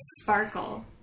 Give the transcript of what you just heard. Sparkle